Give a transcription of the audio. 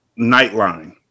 Nightline